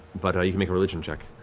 but you can make a religion check.